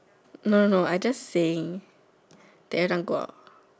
no no no I just saying they every time go out